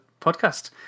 podcast